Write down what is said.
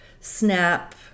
snap